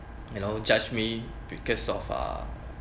you know judge me because of uh